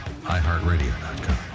iHeartRadio.com